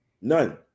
None